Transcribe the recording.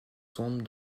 tombent